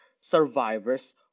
survivors